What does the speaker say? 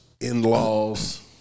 in-laws